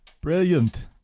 brilliant